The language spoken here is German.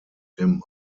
dem